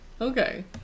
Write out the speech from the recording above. Okay